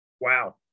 Wow